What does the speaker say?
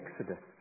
Exodus